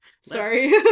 sorry